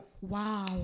Wow